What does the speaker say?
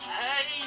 hey